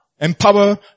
empower